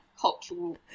cultural